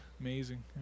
amazing